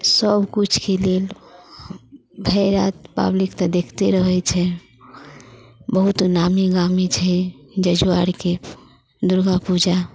सब किछुके लेल भरि राति पब्लिक तऽ देखते रहै छै बहुत नामी गामी छै जजुवारके दुर्गा पूजा